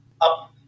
up